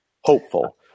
hopeful